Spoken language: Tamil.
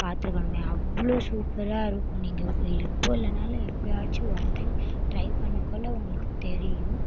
பார்த்துக்கணுமே அவ்வளோ சூப்பராக இருக்கும் நீங்கள் இப்போது இல்லைனாலும் எப்போயாச்சும் ஒன் டைம் ட்ரை பண்ணக்கொள்ள உங்களுக்குத் தெரியும்